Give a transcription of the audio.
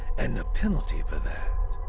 and the penalty for that